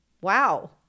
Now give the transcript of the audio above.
Wow